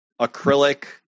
acrylic